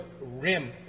rim